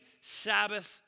Sabbath